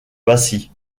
passy